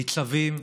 ניצבים,